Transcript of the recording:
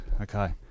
Okay